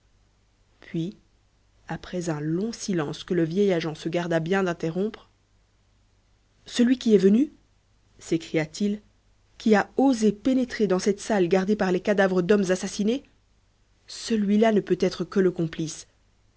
puis après un long silence que le vieil agent se garda bien d'interrompre celui qui est venu s'écria-t-il qui a osé pénétrer dans cette salle gardée par les cadavres d'hommes assassinés celui-là ne peut être que le complice